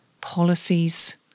policies